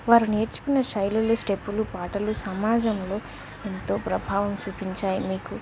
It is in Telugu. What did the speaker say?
వారు నేర్చుకున్న శైలులు స్టెప్పులు పాటలు సమాజంలో ఎంతో ప్రభావం చూపించాయి మీకు